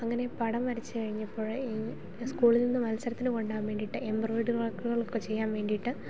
അങ്ങനെ പടം വരച്ചു കഴിഞ്ഞപ്പോൾ ഈ സ്കൂളിൽ നിന്ന് മത്സരത്തിന് കൊണ്ടു പോവാൻ വേണ്ടിയിട്ട് എമ്പ്രോയ്ഡറി വർക്കുകളൊക്കെ ചെയ്യാൻ വേണ്ടിയിട്ട്